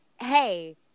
hey